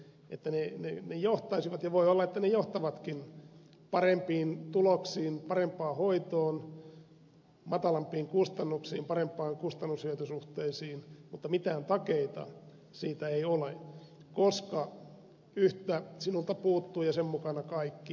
ne johtaisivat ja voi olla että ne johtavatkin parempiin tuloksiin parempaan hoitoon matalampiin kustannuksiin parempaan kustannushyöty suhteeseen mutta mitään takeita siitä ei ole koska yhtä sinulta puuttuu ja sen mukana kaikki